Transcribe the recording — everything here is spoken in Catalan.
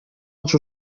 els